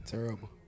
Terrible